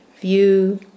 view